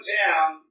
down